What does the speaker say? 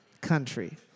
country